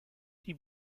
die